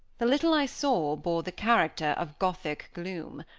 the little i saw bore the character of gothic gloom,